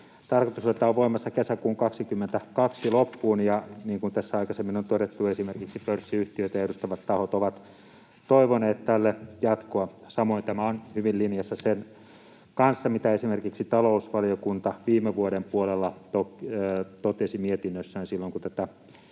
että tämä olisi voimassa kesäkuun 22 loppuun. Niin kuin tässä aikaisemmin on todettu, esimerkiksi pörssiyhtiöitä edustavat tahot ovat toivoneet tälle jatkoa. Samoin tämä on hyvin linjassa sen kanssa, mitä esimerkiksi talousvaliokunta viime vuoden puolella totesi mietinnössään, silloin kun tätä